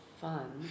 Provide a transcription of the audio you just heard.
fun